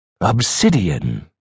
Obsidian